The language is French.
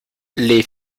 les